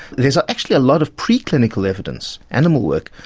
there's actually a lot of pre-clinical evidence, animal work,